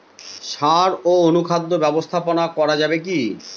সাড় ও অনুখাদ্য ব্যবস্থাপনা করা যাবে কি?